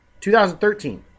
2013